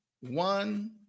one